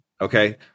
Okay